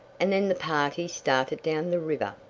and then the party started down the river.